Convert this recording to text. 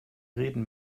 reden